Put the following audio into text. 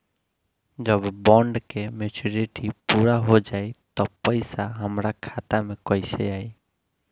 जब बॉन्ड के मेचूरिटि पूरा हो जायी त पईसा हमरा खाता मे कैसे आई?